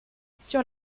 sur